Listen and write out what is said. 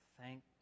thank